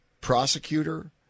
prosecutor